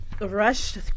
rush